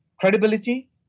Credibility